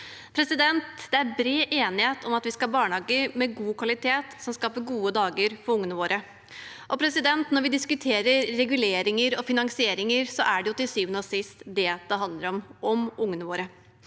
Det er bred enighet om at vi skal ha barnehager med god kvalitet som skaper gode dager for ungene våre. Når vi diskuterer regulering og finansiering, er det til syvende og sist ungene våre